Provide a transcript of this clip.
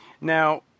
now